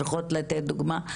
צריכות לתת דוגמה,